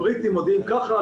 הבריטים מודיעים ככה,